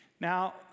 Now